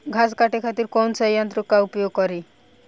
घास काटे खातिर कौन सा यंत्र का उपयोग करें?